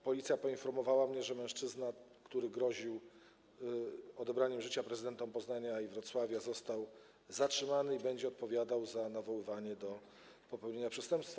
Policja poinformowała mnie, że mężczyzna, który groził odebraniem życia prezydentom Poznania i Wrocławia, został zatrzymany i będzie odpowiadał za nawoływanie do popełnienia przestępstwa.